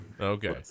Okay